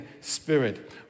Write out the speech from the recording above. Spirit